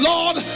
Lord